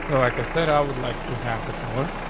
like i said, i would like to have the color.